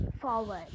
forward